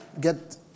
Get